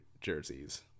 jerseys